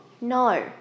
No